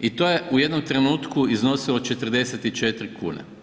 i to je u jednom trenutku iznosilo 44 kune.